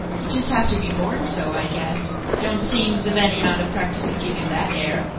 you just have to be born so, i guess. don't seem's if any amount of practice could give you that air.